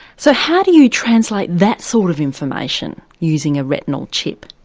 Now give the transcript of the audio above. so how do you translate that sort of information using a retinal chip?